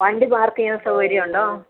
വണ്ടി പാർക്ക് ചെയ്യുന്ന സൗകര്യം ഉണ്ടോ